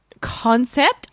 concept